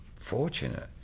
fortunate